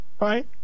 right